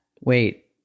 Wait